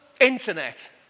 internet